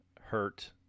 hurt